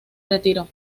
retiró